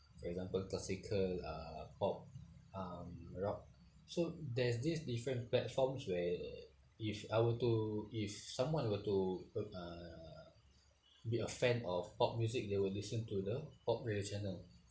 for example classical uh pop um rock so there's this different platforms where if I were to if someone were to put uh be a fan of pop music they will listen to the pop radio channel